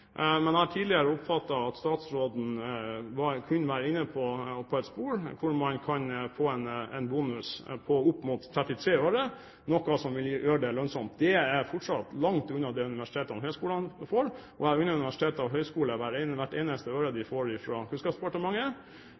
Men jeg har tidligere oppfattet at statsråden kun var inne på et spor der man kan få en bonus på opp mot 33 øre, noe som ville gjøre det lønnsomt. Det er fortsatt langt unna det universitetene og høyskolene får. Jeg unner universiteter og høyskoler hvert eneste øre de får fra Kunnskapsdepartementet,